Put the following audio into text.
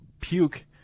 puke